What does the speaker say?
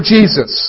Jesus